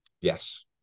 Yes